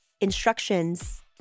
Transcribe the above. instructions